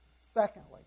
Secondly